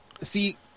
see